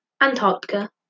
Antarctica